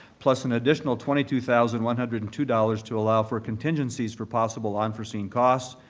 plus an additional twenty two thousand one hundred and two dollars, to allow for contingencies for possible unforeseen costs,